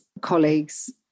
colleagues